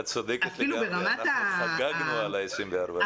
את צודקת, אנחנו חגגנו על 24 השקלים.